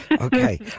Okay